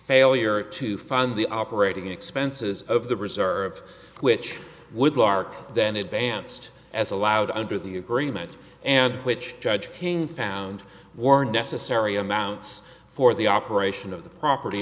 failure to fund the operating expenses of the reserve which would lark then advanced as allowed under the agreement and which judge king found or necessary amounts for the operation of the property